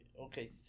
Okay